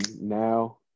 now